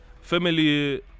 Family